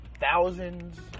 thousands